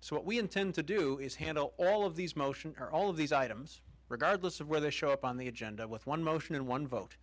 so what we intend to do is handle all of these motions or all of these items regardless of where they show up on the agenda with one motion and one vote